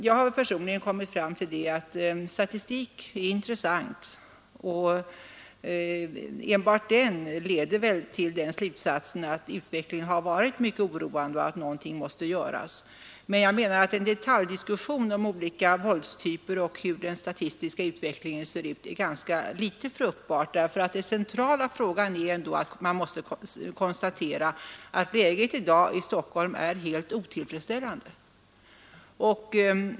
Jag har personligen kommit fram till att statistik är intressant, och enbart den leder väl till den slutsatsen att utvecklingen har varit mycket oroande och att någonting måste göras. Men jag menar att en detaljdiskussion om olika våldstyper och om hur den statistiska utvecklingen ser ut är ganska litet fruktbar därför att den centrala frågan är ändå att man måste konstatera att läget i dag i Stockholm är helt otillfredsställande.